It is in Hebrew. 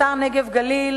לשר לפיתוח הנגב והגליל,